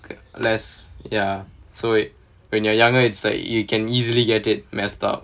less ya so when you're younger it's like you can easily get it messed up